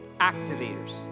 Activators